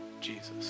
Jesus